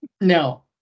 No